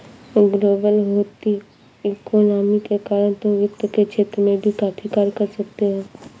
global होती economy के कारण तुम वित्त के क्षेत्र में भी काफी कार्य कर सकते हो